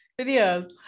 videos